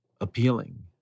appealing